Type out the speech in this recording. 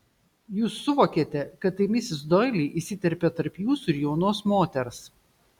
jūs suvokėte kad tai misis doili įsiterpė tarp jūsų ir jaunos moters